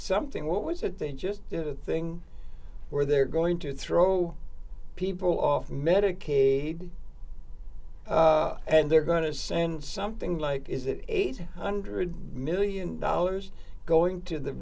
something what was it they just did a thing where they're going to throw people off medicaid and they're going to send something like is it eight hundred million dollars going to the